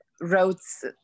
roads